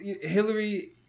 Hillary